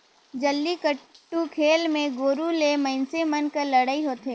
जल्लीकट्टू खेल मे गोरू ले मइनसे मन कर लड़ई होथे